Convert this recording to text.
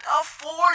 afford